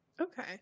Okay